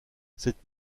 cette